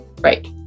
Right